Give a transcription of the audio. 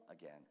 again